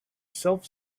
self